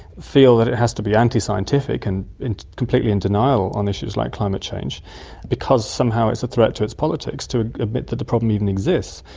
feel that it has to be anti-scientific and completely in denial on issues like climate change because somehow it's a threat to its politics to admit that the problem even exists.